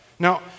Now